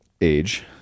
age